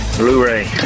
Blu-ray